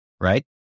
right